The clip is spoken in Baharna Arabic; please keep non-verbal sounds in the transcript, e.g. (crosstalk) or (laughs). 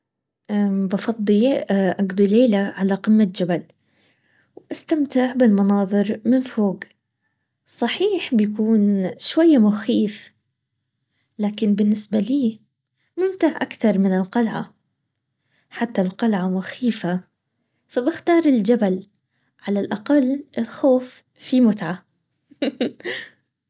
بفضل اقضي ليله على قمة جبل، واستمتع بالمناظر من فوق. صحيح بيكون شوية مخيف، لكن بالنسبة لي ممتع اكثر من القلعةحتى القلعة مخيفة، سنختار الجبل على الاقل الخوف فيه متعة (laughs)